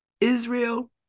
israel